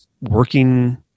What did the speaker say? working